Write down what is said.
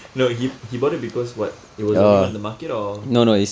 no he he bought it because what it was the only one in the market or